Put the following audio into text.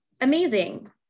amazing